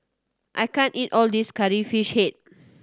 I can't eat all this Curry Fish Head